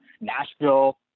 Nashville